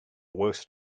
worst